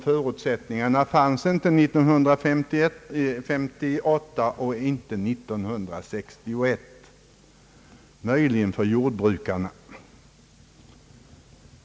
Förutsättningarna härför fanns inte 1958 och inte 1961 — möjligen för jordbrukarna.